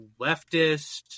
leftist